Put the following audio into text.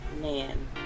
man